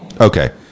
Okay